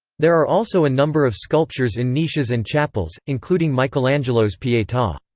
there are also a number of sculptures in niches and chapels, including michelangelo's pieta.